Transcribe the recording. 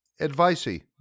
Advicey